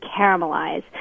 caramelize